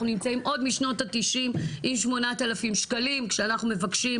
אנחנו נמצאים עוד משנות ה-90 עם 8,000 שקלים כשאנחנו מבקשים,